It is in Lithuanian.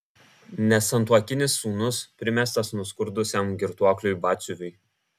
nesantuokinis sūnus primestas nuskurdusiam girtuokliui batsiuviui